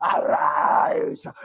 Arise